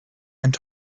and